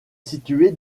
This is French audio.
située